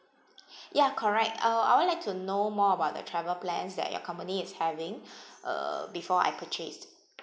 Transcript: ya correct uh I would like to know more about the travel plans that your company is having uh before I purchase